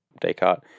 Descartes